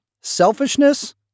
selfishness